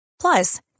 Plus